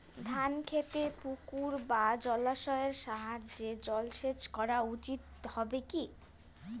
ধান খেতে পুকুর বা জলাশয়ের সাহায্যে জলসেচ করা উচিৎ হবে কি?